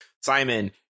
Simon